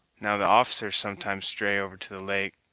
now, the officers sometimes stray over to the lake,